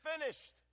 finished